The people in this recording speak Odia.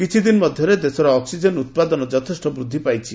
କିଛିଦିନ ମଧ୍ୟରେ ଦେଶରେ ଅକ୍ସିକେନ ଉତ୍ପାଦନ ଯଥେଷ୍ଟ ବୃଦ୍ଧି ପାଇଛି